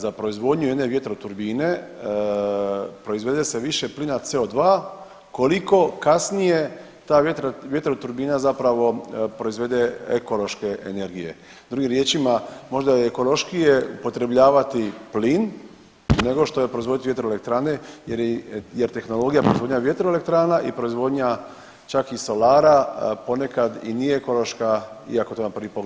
Za proizvodnju jedne vjetroturbine proizvede se više plina CO2 koliko kasnije ta vjetro, vjetroturbina zapravo proizvode ekološke energije, drugim riječima možda je ekološkije upotrebljavati plin nego što je proizvodit vjetroelektrane jer tehnologija proizvodnja vjetroelektrana i proizvodanja čak i solara ponekad i nije ekološka iako to na prvi pogled izgleda.